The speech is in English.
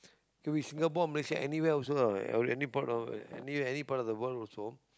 can be Singapore Malaysia anywhere also lah any part any part of the world also